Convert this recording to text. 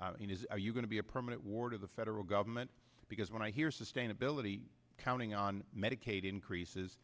are you going to be a permanent ward of the federal government because when i hear sustainability counting on medicaid increases